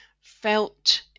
felt